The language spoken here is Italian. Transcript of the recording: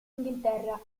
inghilterra